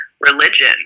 religion